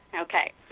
Okay